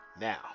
Now